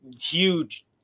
huge